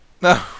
No